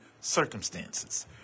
circumstances